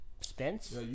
Spence